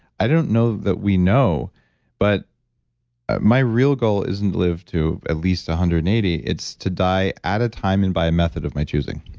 i don't know that we know but ah my real goal isn't live to at least one hundred and eighty, it's to die at a time and by a method of my choosing.